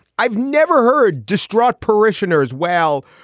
i've never heard distraught parishioners well,